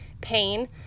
pain